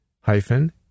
hyphen